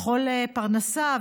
לכל הפרנסה,